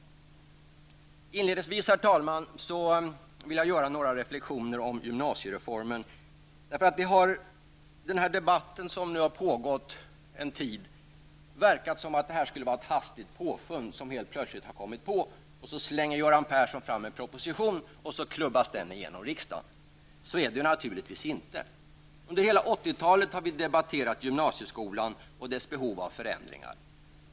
Herr talman! Ytterligare några reflexioner beträffande gymnasiereformen. Att döma av den debatt som nu har pågått en tid skulle det här röra sig om ett hastigt påfund, om någonting som vi helt plötsligt har kommit på. Göran Persson skulle bara slänga fram en proposition, som sedan klubbas i riksdagen. Så är det naturligtvis inte. Under hela 80-talet har vi debatterat gymnasieskolan och dess behov av förändringar.